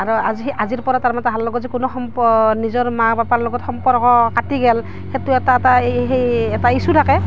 আৰু আজি সেই আজিৰপৰা তাৰমানে তাহাৰ লগত যে কোনো সম্প নিজৰ মা পাপাৰ লগত সম্পৰ্ক কাটি গ'ল সেইটো এটা তাই সেই এটা ইছ্যু থাকে